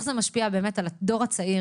איך זה משפיע על הדור הצעיר,